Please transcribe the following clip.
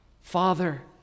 Father